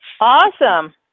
Awesome